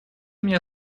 мне